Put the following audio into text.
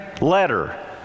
Letter